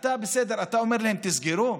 בסדר, אתה אומר להם: תסגרו,